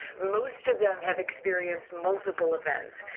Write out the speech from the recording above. most of them have experienced multiple events.